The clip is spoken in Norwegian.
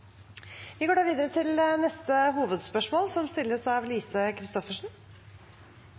Vi går da videre til neste hovedspørsmål.